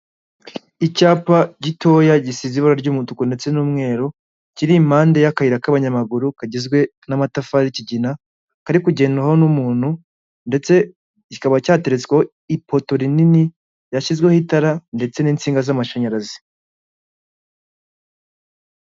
Icyapa gitoya gisize ibara ry'umutuku ndetse n'umweru; kiri impande y'akayira k'abanyamaguru kagizwe n'amatafari y'ikigina, kari kugenwaho n'umuntu ndetse kikaba cyateretswe ku ipoto rinini ryashyizweho itara ndetse n'insinga z'amashanyarazi.